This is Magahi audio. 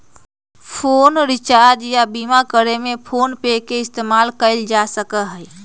फोन रीचार्ज या बीमा करे में फोनपे के इस्तेमाल कएल जा सकलई ह